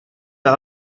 der